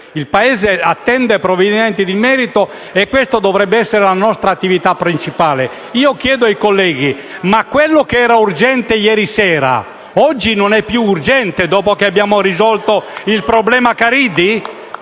il Paese attende provvedimenti di merito e questa dovrebbe essere la nostra attività principale. Chiedo dunque ai colleghi: ma quello che era urgente ieri sera, oggi non è più urgente, dopo che abbiamo risolto il problema Caridi?